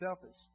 selfish